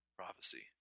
prophecy